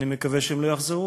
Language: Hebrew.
ואני מקווה שהן לא יחזרו.